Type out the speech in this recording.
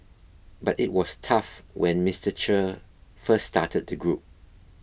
but it was tough when Mister Che first started the group